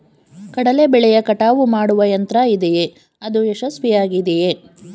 ಕಡಲೆ ಬೆಳೆಯ ಕಟಾವು ಮಾಡುವ ಯಂತ್ರ ಇದೆಯೇ? ಅದು ಯಶಸ್ವಿಯಾಗಿದೆಯೇ?